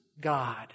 God